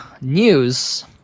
news